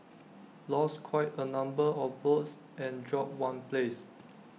lost quite A number of votes and dropped one place